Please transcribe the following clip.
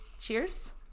Cheers